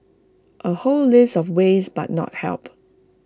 A whole list of ways but not help